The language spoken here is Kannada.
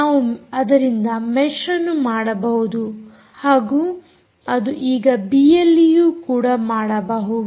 ನಾವು ಅದರಿಂದ ಮೆಷ್ಅನ್ನು ಮಾಡಬಹುದು ಹಾಗೂ ಅದು ಈಗ ಬಿಎಲ್ಈಯು ಕೂಡ ಮಾಡಬಹುದು